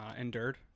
endured